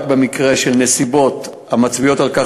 רק במקרה של נסיבות המצביעות על כך